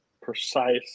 precise